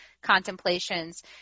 contemplations